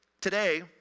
Today